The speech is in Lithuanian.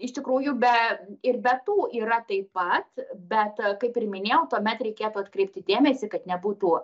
iš tikrųjų be ir be tų yra taip pat bet kaip ir minėjau tuomet reikėtų atkreipti dėmesį kad nebūtų